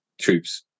troops